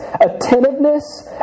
attentiveness